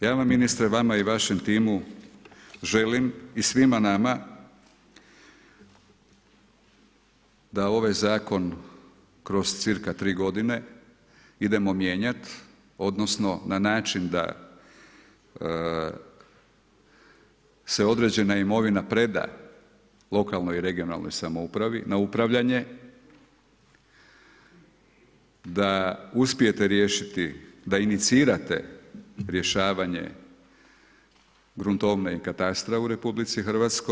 Ja vam, ministre, vama i vašem timu, želim, i svima nama, da ovaj zakon, kroz cirka 3 g. idemo mijenjati, odnosno, na način, da se određena imovina preda lokalnoj i regionalnoj samoupravi, na upravljanje, da uspijete riješiti da inicirate rješavanje gruntovne i katastra u RH.